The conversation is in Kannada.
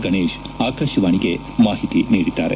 ಗಣೇಶ್ ಆಕಾಶವಾಣಿಗೆ ಮಾಹಿತಿ ನೀಡಿದ್ದಾರೆ